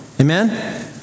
Amen